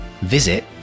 visit